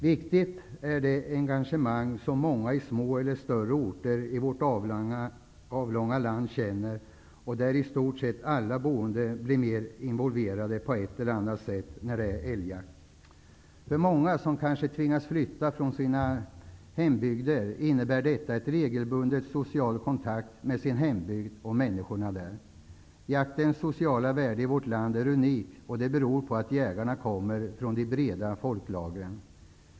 Viktigt är också det engagemang som många i små eller större orter i vårt avlånga land känner, och där i stort sett alla boende blir involverade på ett eller annat sätt när det är älgjakt. För många som kanske tvingats flytta från sina hembygder innebär detta en regelbunden social kontakt med hembygden och människorna där. Jaktens sociala värde i vårt land är unikt. Det beror på att jägarna kommer från de breda folklagren.